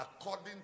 according